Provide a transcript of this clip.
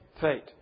fate